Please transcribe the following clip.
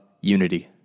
Unity